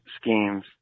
schemes